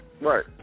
right